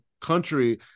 country